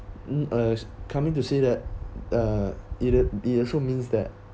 uh coming to say that uh it it it also means that